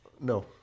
No